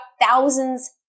thousands